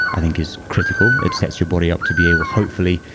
i think, is critical. it sets your body up to be able, hopefully,